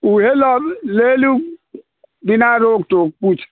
वएह लऽ लेलू बिना रोक टोक किछु